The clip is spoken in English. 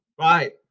Right